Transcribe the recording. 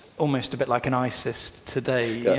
almost a bit like an isis today?